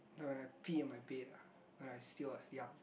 when I pee on my bed ah when I still was young